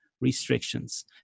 restrictions